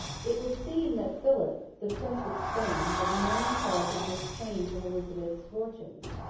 it would seem that philip, the prince of spain, was a main cause of this change in elizabeth's fortunes.